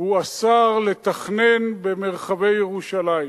הוא אסר לתכנן במרחבי ירושלים.